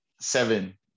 seven